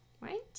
right